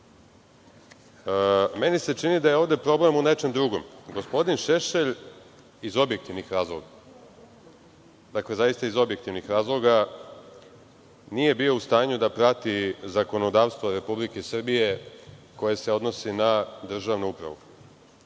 se čini da je ovde problem u nečem drugom. Gospodin Šešelj, iz objektivnih razloga, dakle zaista iz objektivnih razloga, nije bio u stanju da prati zakonodavstvo Republike Srbije koje se odnosi na državnu upravu.